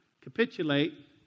capitulate